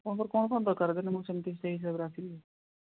ଆପଣଙ୍କର କ'ଣ କ'ଣ ଦରକାର କହିଲେ ମୁଁ ସେମିତି ସେ ହିସାବରେ ଆସିବି